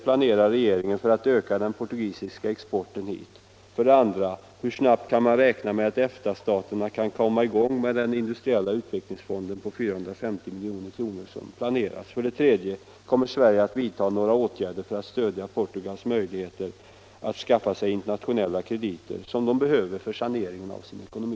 Hur snabbt kan EFTA-staterna väntas kan komma i gång med den industriella utvecklingsfonden på 450 milj.kr., som planeras? 3. Kommer Sverige att vidta några åtgärder för att stödja Portugals möjligheter att skaffa sig internationella krediter, som Portugal behöver för saneringen av sin ekonomi?